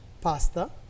pasta